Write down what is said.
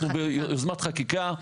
אנחנו ביוזמת חקיקה.